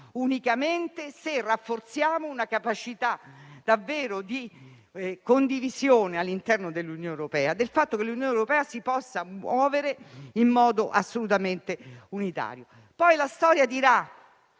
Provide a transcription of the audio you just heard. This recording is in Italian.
unicamente se rafforziamo una capacità di vera condivisione all'interno dell'Unione europea, affinché l'Unione europea si muova in modo assolutamente unitario. La storia dirà